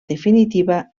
definitiva